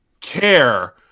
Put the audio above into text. care